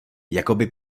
jakoby